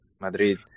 Madrid